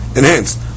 enhanced